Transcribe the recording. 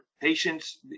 patients